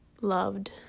Loved